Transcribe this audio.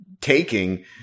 taking